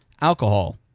Alcohol